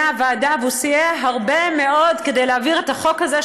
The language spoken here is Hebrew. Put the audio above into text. הוועדה וסייע הרבה מאוד להעביר את החוק הזה,